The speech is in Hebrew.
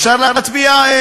אפשר להצביע?